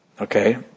okay